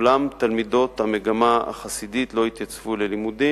אולם תלמידות המגמה החסידית לא התייצבו ללימודים,